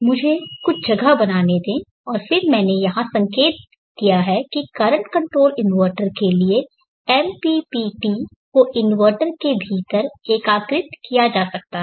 मुझे कुछ जगह बनाने दें और फिर मैंने यहां संकेत दिया है की करंट कन्ट्रोल इन्वर्टर के लिए MPPT को इन्वर्टर के भीतर एकीकृत किया जा सकता है